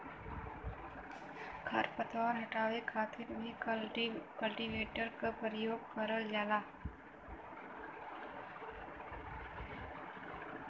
खर पतवार हटावे खातिर भी कल्टीवेटर क परियोग करल जाला